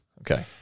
Okay